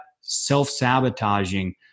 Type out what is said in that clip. self-sabotaging